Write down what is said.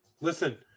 Listen